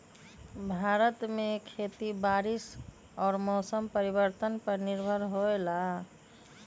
भारत में खेती बारिश और मौसम परिवर्तन पर निर्भर होयला